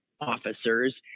officers